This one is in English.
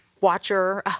watcher